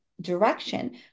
direction